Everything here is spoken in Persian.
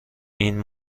این